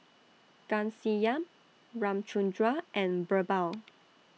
Ghanshyam Ramchundra and Birbal